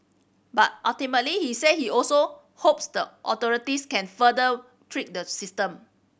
but ultimately he said he also hopes the authorities can further tweak the system